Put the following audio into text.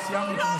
סיימנו.